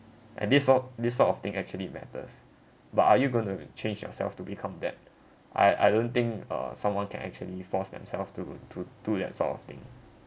and this sort this sort of thing actually matters but are you going to change yourself to become that I I don't think uh someone can actually forced themselves to to do that sort of thing